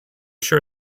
sure